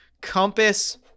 compass